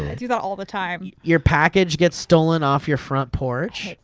do that all the time. your package gets stolen off your front porch.